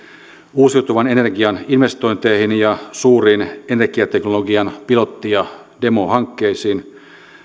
uusiutuvan energian investointeihin ja suuriin energiateknologian pilotti ja demo hankkeisiin